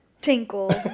tinkle